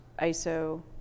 ISO